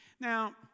Now